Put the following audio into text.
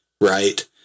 Right